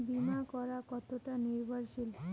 বীমা করা কতোটা নির্ভরশীল?